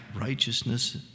righteousness